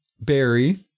Barry